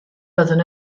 byddwn